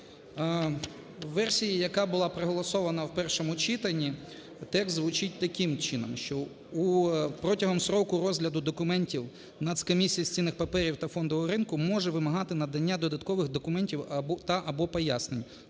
У версії, яка була проголосована у першому читанні, текст звучить таким чином, що протягом строку розгляду документів Нацкомісією з цінних паперів та фондового ринку може вимагати надання додаткових документів та (або) пояснень.